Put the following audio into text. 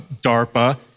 DARPA